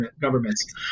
governments